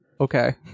okay